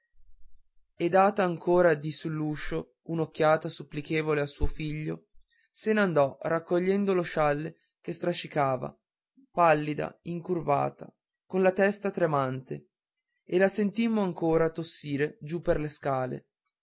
e data ancora di sull'uscio un'occhiata supplichevole a suo figlio se n'andò raccogliendo lo scialle che strascicava pallida incurvata con la testa tremante e la sentimmo ancor tossire giù per le scale